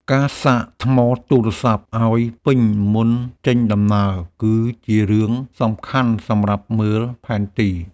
ការសាកថ្មទូរស័ព្ទឱ្យពេញមុនចេញដំណើរ គឺជារឿងសំខាន់សម្រាប់មើលផែនទី។